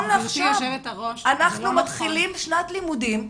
אנחנו מתחילים שנת לימודים,